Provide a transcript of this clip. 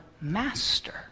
master